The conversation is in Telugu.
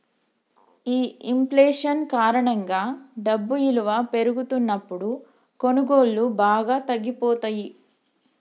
ఈ ఇంఫ్లేషన్ కారణంగా డబ్బు ఇలువ పెరుగుతున్నప్పుడు కొనుగోళ్ళు బాగా తగ్గిపోతయ్యి